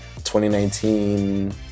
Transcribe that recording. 2019